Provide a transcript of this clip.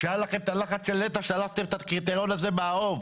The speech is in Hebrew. כשהיה לכם את הלחץ של נת"ע הוצאתם את הקריטריון הזה מהאוב.